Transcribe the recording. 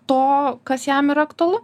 to kas jam yra aktualu